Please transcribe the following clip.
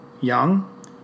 young